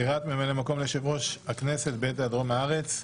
בחירת ממלא מקום ליושב-ראש הכנסת בעת העדרו מן הארץ.